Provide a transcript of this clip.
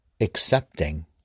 accepting